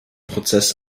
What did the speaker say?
prozess